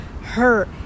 hurt